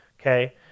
Okay